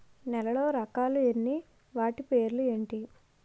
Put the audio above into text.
నేలలో రకాలు ఎన్ని వాటి పేర్లు ఏంటి?